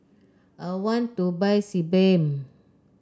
I want to buy Sebamed